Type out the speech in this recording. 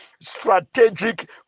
strategic